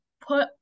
put